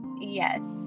yes